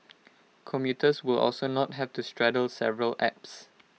commuters will also not have to straddle several apps